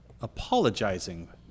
apologizing